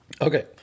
okay